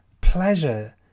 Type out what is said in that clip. pleasure